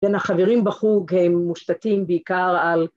‫בין החברים בחוג הם מושתתים ‫בעיקר על...